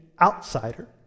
outsider